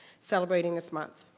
celebrating this month.